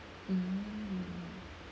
mm